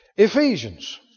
Ephesians